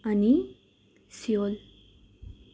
अनि सियोल